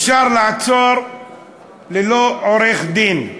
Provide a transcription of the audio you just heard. אפשר לעצור ללא עורך-דין,